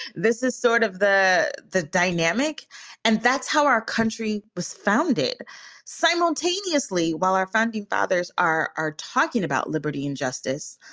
this is sort of the the dynamic and that's how our country was founded simultaneously while our founding fathers are are talking about liberty and justice.